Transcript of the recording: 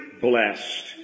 blessed